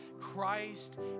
Christ